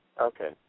Okay